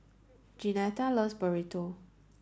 Jeanetta loves Burrito